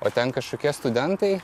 o ten kažkokie studentai